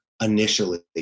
initially